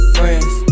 friends